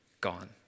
gone